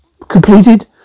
completed